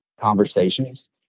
conversations